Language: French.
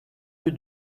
rue